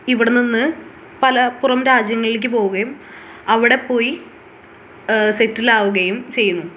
ഇവിടെ നിന്ന് പല പുറം രാജ്യങ്ങളിലേക്ക് പോവുകയും അവിടെ പോയി സെറ്റിലാവുകയും ചെയ്യുന്നു